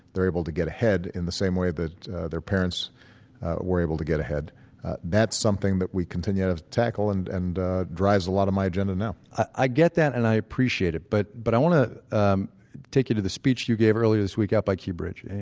they're able to get ahead in the same way that their parents were able to get ahead that's something that we continue to tackle and and drives a lot of my agenda now i get that and i appreciate it, but but i want to um take you to the speech you gave earlier this week out by key bridge,